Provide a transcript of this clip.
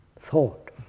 Thought –